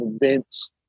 events